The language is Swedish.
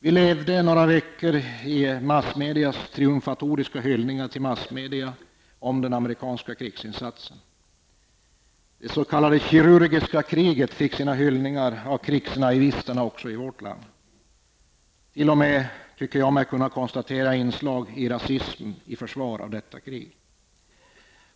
Vi levde några veckor med triumfatoriska hyllningar i massmedia till den amerikanska krigsinsatsen. Det s.k. kirurgiska kriget fick sina hyllningar av krigsnaivisterna också i vårt land. När man har försvarat detta krig har det t.o.m. funnits inslag av rasism.